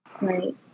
Right